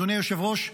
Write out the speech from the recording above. אדוני היושב-ראש,